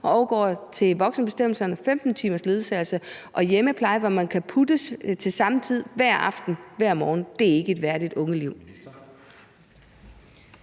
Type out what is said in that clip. og overgår til voksenbestemmelserne, 15 timers ledsagelse og hjemmepleje, hvor man kan blive puttet til samme tid hver aften og hjulpet op til samme tid hver morgen. Det er ikke et værdigt ungeliv.